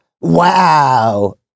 Wow